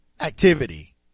activity